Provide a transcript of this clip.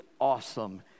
awesome